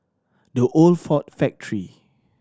The Old Ford Factory